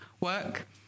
work